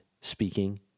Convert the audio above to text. speaking